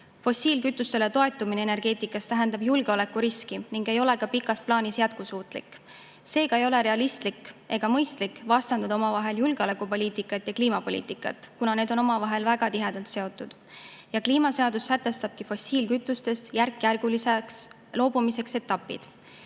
Fossiilkütustele toetumine energeetikas tähendab julgeolekuriski ning see ei ole ka pikas plaanis jätkusuutlik. Seega ei ole realistlik ega mõistlik vastandada omavahel julgeolekupoliitikat ja kliimapoliitikat, kuna need on omavahel väga tihedalt seotud. Kliimaseadus sätestabki fossiilkütustest järkjärguliseks loobumiseks etapid.